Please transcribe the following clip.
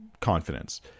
confidence